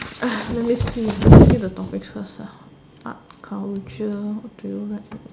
let me see let me see the topics first ah art culture what do you write